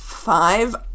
Five